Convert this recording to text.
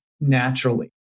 naturally